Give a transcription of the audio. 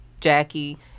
Jackie